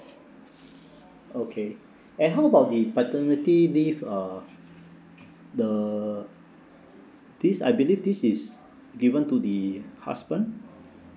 okay and how about the paternity leave uh the this I believe this is given to the husband